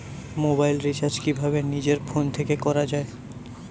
Mobile recharge কিভাবে নিজের phone থেকে করা য়ায়?